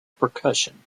percussion